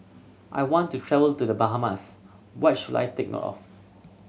I want to travel to The Bahamas what should I take note of